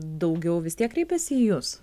daugiau vis tiek kreipiasi į jus